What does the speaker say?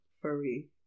furry